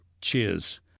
Cheers